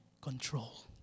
control